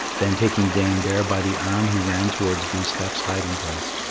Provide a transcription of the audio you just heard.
then, taking dame bear by the arm, he ran towards glooskap's hiding place.